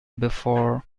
before